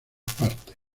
partes